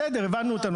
בסדר, הבנו את הנושא.